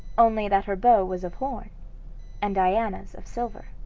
only that her bow was of horn and diana's of silver.